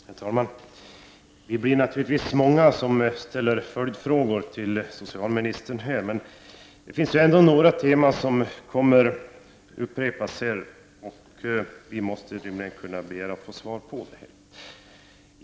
Herr talman! Vi blir naturligtvis många som ställer följdfrågor till socialministern. Det finns ändå några tema som kommer att upprepas. Vi måste rimligen kunna begära att få svar.